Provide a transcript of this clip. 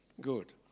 Good